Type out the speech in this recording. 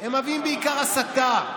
הם מביאים בעיקר הסתה,